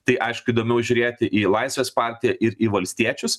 tai aišku įdomiau žiūrėti į laisvės partiją ir į valstiečius